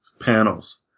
panels